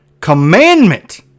commandment